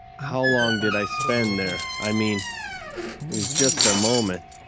how long did i spend there? i mean, it was just a moment,